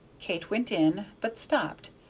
kate went in, but stopped,